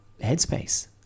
headspace